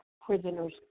Prisoners